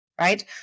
right